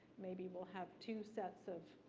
maybe we'll have two sets of